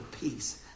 peace